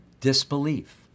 Disbelief